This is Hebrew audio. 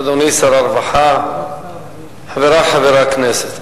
אדוני שר הרווחה, חברי חברי הכנסת,